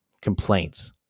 complaints